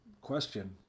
question